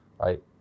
right